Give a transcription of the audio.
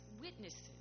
witnesses